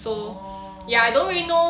orh